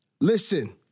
Listen